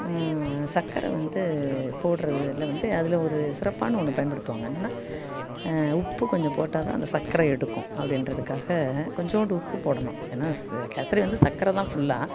சக்கரை வந்து போடுறதில் வந்து அதில் ஒரு சிறப்பான ஒன்று பயன்படுத்துவாங்க என்னன்னால் உப்பு கொஞ்சம் போட்டால் தான் அந்த சக்கரை எடுக்கும் அப்படின்றதுக்காக கொஞ்சூண்டு உப்பு போடணும் ஏன்னால் சே கேசரி வந்து சக்கரை தான் ஃபுல்லாக